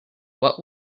what